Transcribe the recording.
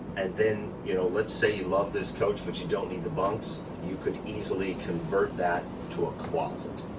and then, you know, let's say you love this coach, but you don't need the bunks, you could easily convert that to a closet.